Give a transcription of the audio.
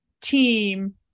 team